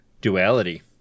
Duality